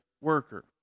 worker